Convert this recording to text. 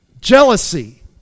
jealousy